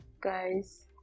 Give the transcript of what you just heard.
Guys